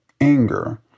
anger